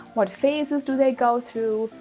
what phases do they go through?